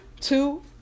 two